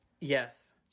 Yes